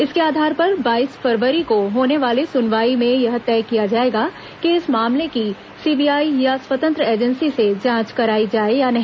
इसके आधार पर बाईस फरवरी को होने वाले सुनवाई में यह तय किया जाएगा कि इस मामले की सीबीआई या स्वतंत्र एजेंसी से जांच कराई जाए या नहीं